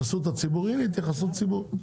להתייחסות ציבור, הנה התייחסות ציבור.